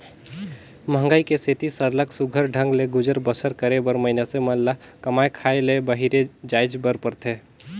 मंहगई के सेती सरलग सुग्घर ढंग ले गुजर बसर करे बर मइनसे मन ल कमाए खाए ले बाहिरे जाएच बर परथे